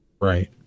Right